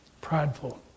prideful